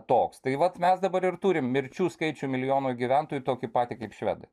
toks tai vat mes dabar ir turim mirčių skaičių milijonui gyventojų tokį patį kaip švedai